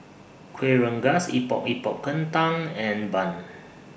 Kueh Rengas Epok Epok Kentang and Bun